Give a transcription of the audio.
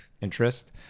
interest